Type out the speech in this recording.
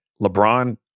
LeBron